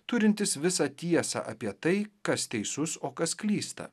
turintis visą tiesą apie tai kas teisus o kas klysta